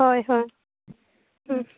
ᱦᱳᱭ ᱦᱳᱭ